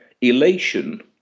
elation